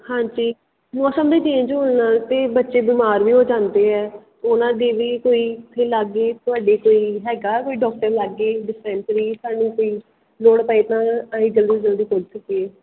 ਹਾਂਜੀ ਮੌਸਮ ਦੇ ਚੇਂਜ ਹੋਣ ਨਾਲ ਤਾਂ ਬੱਚੇ ਬਿਮਾਰ ਵੀ ਹੋ ਜਾਂਦੇ ਹੈ ਉਹਨਾਂ ਦੀ ਵੀ ਕੋਈ ਲਾਗੇ ਤੁਹਾਡੇ ਕੋਈ ਹੈਗਾ ਕੋਈ ਡਾਕਟਰ ਲਾਗੇ ਡਿਸਪੈਂਸਰੀ ਸਾਨੂੰ ਕੋਈ ਲੋੜ ਪਏ ਤਾਂ ਅਸੀਂ ਜਲਦੀ ਤੋਂ ਜਲਦੀ ਪਹੁੰਚ ਸਕੀਏ